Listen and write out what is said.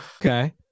okay